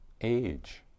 Age